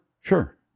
Sure